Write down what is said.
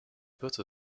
put